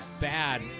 bad